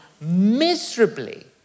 miserably